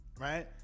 right